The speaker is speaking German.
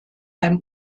beim